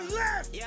left